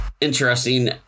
Interesting